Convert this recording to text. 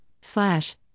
Slash